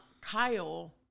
Kyle